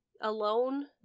alone